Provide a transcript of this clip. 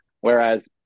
Whereas